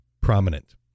prominent